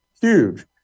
huge